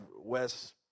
Wes